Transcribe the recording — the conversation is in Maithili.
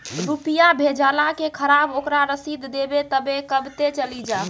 रुपिया भेजाला के खराब ओकरा रसीद देबे तबे कब ते चली जा?